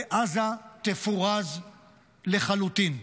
ועזה תפורז לחלוטין,